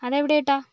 അതെവിടെ ആയിട്ടാ